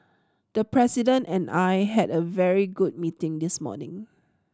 the President and I had a very good meeting this morning